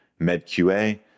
MedQA